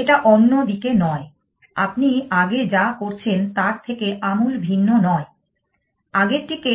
এটা অন্য দিকে নয় আপনি আগে যা করছেন তার থেকে আমূল ভিন্ন নয় আগেরটিকে